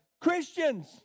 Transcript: Christians